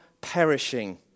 perishing